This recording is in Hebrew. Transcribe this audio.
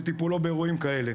וטיפולו באירועים כאלה.